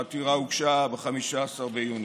העתירה הוגשה ב-15 ביוני.